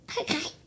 Okay